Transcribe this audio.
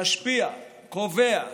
משפיע, קובע,